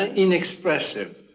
ah inexpressive.